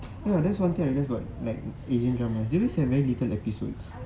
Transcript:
oh ya that's one thing I realised about like asian dramas they always have very little episodes